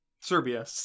Serbia